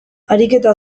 ariketa